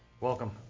Welcome